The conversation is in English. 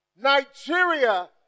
Nigeria